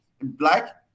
black